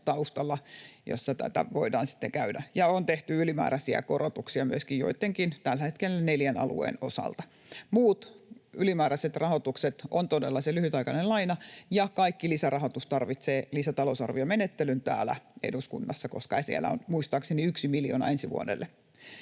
taustalla, jossa tätä voidaan sitten käydä. Ja on tehty ylimääräisiä korotuksia myöskin joittenkin, tällä hetkellä neljän alueen, osalta. Muu ylimääräinen rahoitus on todella se lyhytaikainen laina, ja kaikki lisärahoitus tarvitsee lisätalousarviomenettelyn täällä eduskunnassa, koska siellä on muistaakseni yksi miljoona ensi vuodelle.